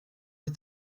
est